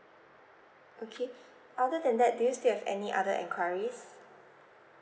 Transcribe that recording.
okay other than that do you still have any other enquiries